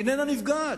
איננה נפגעת.